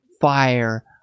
fire